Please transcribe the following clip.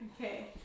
Okay